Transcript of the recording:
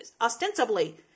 ostensibly